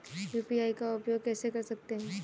UPI का उपयोग कैसे कर सकते हैं?